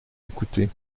écouté